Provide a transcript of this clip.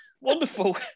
Wonderful